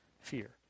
fear